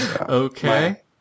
Okay